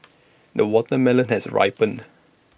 the watermelon has ripened